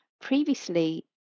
previously